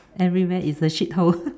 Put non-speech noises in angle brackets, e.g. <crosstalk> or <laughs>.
everywhere is a shit hole <laughs>